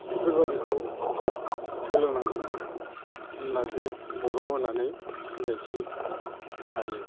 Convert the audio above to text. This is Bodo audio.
बेफोरबादिखौ सोलोंनांगौ होमब्लासो बर' होननानै सिनायथि थायो